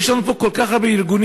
יש לנו פה כל כך הרבה ארגונים,